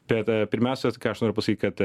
bet pirmiausia vat ką aš noriu pasakyt kad